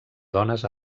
dones